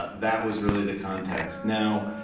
that was really the context. now,